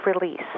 release